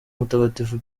mutagatifu